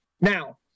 Now